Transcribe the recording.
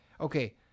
Okay